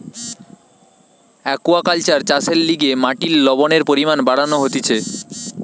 aquaculture চাষের লিগে মাটির লবণের পরিমান বাড়ানো হতিছে